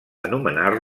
anomenar